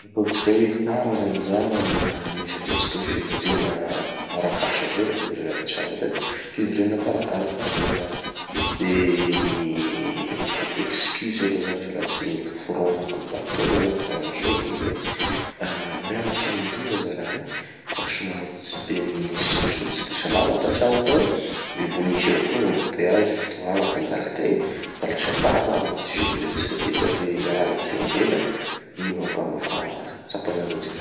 Ataotsika hoe tara zany zaho amina misy ataotsika hoe fivoriana arak'asa zay na fivoriana ampiasana zay, fivoriana kara- arak'asa moa zany. De gny excuse aloha zany fialatsiny noforogniko tampotampoky eo aloha zany, farany soa de gny hoe: ah mialatsiny indrindra zalahy fa somary tsy de nisy-, nisy olo tsy de salama tantragno tao de mbo nisy avao koa gn'embouteillage fitohagna tandala tegny, da lasa tara aho amy ty fivoriatsika ty ka de ialana tsiny indrindra. Mino aho angamba fa tsapanareo zay.